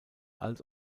als